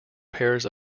pairs